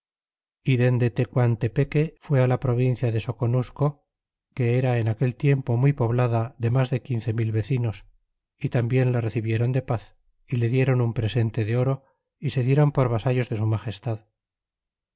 y dende tecuantepeque fué la provincia de soconusco que era en aquel tiempo muy poblada de mas de quince mil vecinos y tambien le recibiéron de paz y le diron un presente de oro y se diéron por vasallos de su magestad